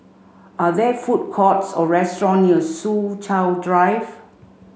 are there food courts or restaurants near Soo Chow Drive